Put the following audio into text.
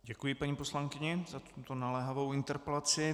Děkuji paní poslankyni za tuto naléhavou interpelaci.